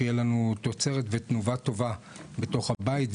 שתהיה לנו תוצרת ותנובה טובה בתוך הבית,